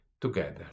together